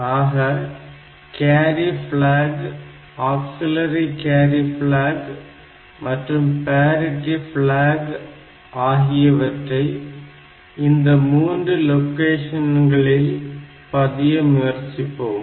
ஆக carry block auxiliary carry block மற்றும் parity block ஆகியவற்றை இந்த மூன்று லொகேஷன்களில் பதிய முயற்சிப்போம்